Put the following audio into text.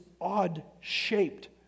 odd-shaped